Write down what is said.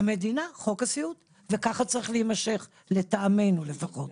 המדינה, חוק הסיעוד וככה צריך להמשך לטעמנו לפחות.